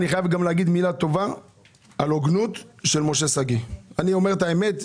אם אנחנו מסתכלים על מעונות היום, הם צריכים היום